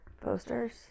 posters